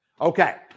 Okay